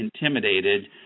intimidated